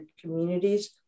communities